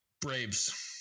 Braves